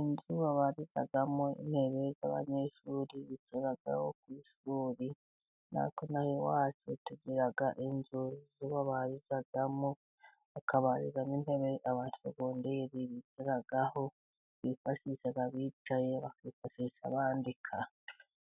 Inzu babarizamo intebe abanyeshuri bicaraho ku ishuri, natwe inaha iwacu tugira inzu babarizamo intebe, abasogonderi bigiraho bifashisha bicaye, bakifashisha bandika.